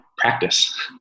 practice